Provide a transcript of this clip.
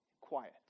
quiet